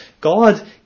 God